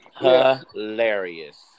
Hilarious